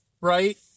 right